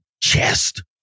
chest